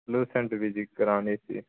ਕਰਾਣੀ ਸੀ